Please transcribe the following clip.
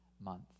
month